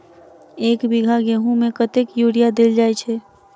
एक बीघा गेंहूँ मे कतेक यूरिया देल जाय छै?